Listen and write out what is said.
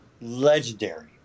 legendary